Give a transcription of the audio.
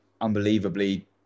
unbelievably